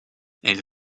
elle